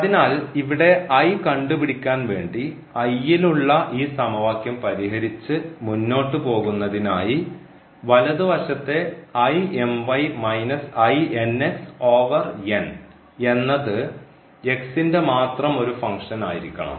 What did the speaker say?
അതിനാൽ ഇവിടെ കണ്ടുപിടിക്കാൻ വേണ്ടി ലുള്ള ഈ സമവാക്യം പരിഹരിച്ച് മുന്നോട്ടു പോകുന്നതിനായി വലതുവശത്തെ എന്നത് ന്റെ മാത്രം ഒരു ഫങ്ക്ഷൻ ആയിരിക്കണം